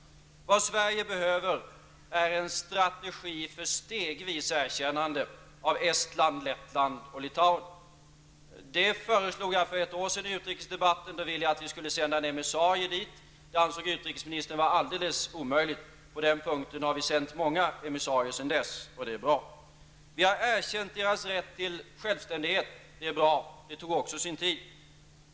Vad Sverige behöver är en strategi för stegvist erkännande av Estland, Lettland och Litauen. Det föreslog jag för ett år sedan i utrikesdebatten. Jag ville då att Sverige skulle sända en emissarie dit. Det ansåg utrikesministern vara alldeles omöjligt. Vi har sedan dess sänt många emissarier, och det är bra. Vi har erkänt de baltiska republikernas rätt till självständighet, och det är bra. Men det tog också sin tid.